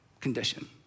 condition